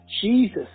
Jesus